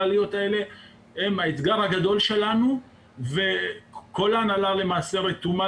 הן האתגר הגדול שלנו וכל ההנהלה רתומה